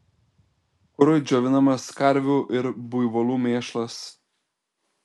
kurui džiovinamas karvių ir buivolų mėšlas